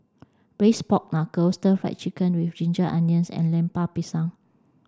braised pork knuckle stir fried chicken with ginger onions and Lemper Pisang